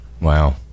Wow